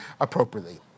appropriately